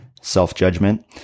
Self-Judgment